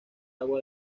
agua